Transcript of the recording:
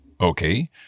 Okay